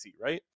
right